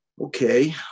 Okay